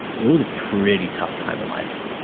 it was a pretty tough time in life.